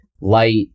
light